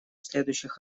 следующих